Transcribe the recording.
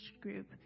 Group